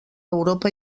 europa